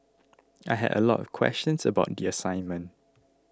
I had a lot of questions about the assignment